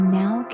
now